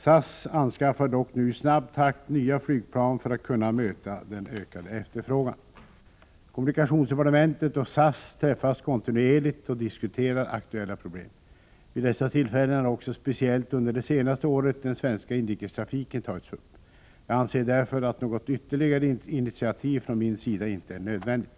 SAS anskaffar dock nu i snabb takt nya flygplan för att kunna möta den ökade efterfrågan. Företrädare för kommunikationsdepartementet och SAS träffas kontinuerligt och diskuterar aktuella problem. Vid dessa tillfällen har också speciellt under det senaste året den svenska inrikestrafiken tagits upp. Jag anser därför att något ytterligare initiativ från min sida inte är nödvändigt.